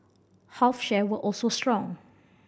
health share were also strong